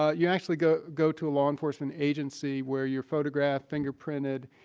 ah you actually go go to a law enforcement agency, where you're photographed, fingerprinted.